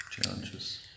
challenges